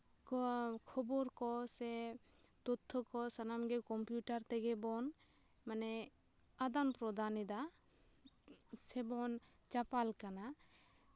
ᱠᱚ ᱠᱷᱚᱵᱚᱨ ᱠᱚ ᱥᱮ ᱛᱚᱛᱷᱚ ᱜᱮ ᱥᱟᱱᱟᱢ ᱜᱮ ᱠᱚᱢᱯᱤᱭᱩᱴᱟᱨ ᱛᱮᱜᱮ ᱵᱚᱱ ᱢᱟᱱᱮ ᱟᱫᱟᱱᱼᱯᱨᱚᱫᱟᱱ ᱮᱫᱟ ᱥᱮᱵᱚᱱ ᱪᱟᱯᱟᱞ ᱠᱟᱱᱟ